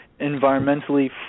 environmentally